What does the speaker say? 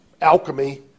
alchemy